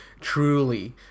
truly